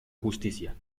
justicia